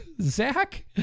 Zach